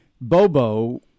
Bobo